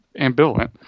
ambivalent